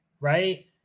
right